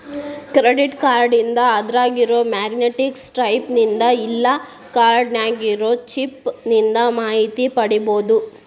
credit ಕಾರ್ಡ್ನಿಂದ ಅದ್ರಾಗಿರೊ magnetic stripe ನಿಂದ ಇಲ್ಲಾ ಕಾರ್ಡ್ ನ್ಯಾಗಿರೊ ಚಿಪ್ ನಿಂದ ಮಾಹಿತಿ ಪಡಿಬೋದು